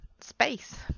space